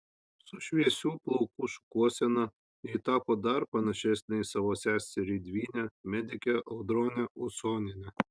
su šviesių plaukų šukuosena ji tapo dar panašesnė į savo seserį dvynę medikę audronę usonienę